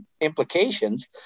implications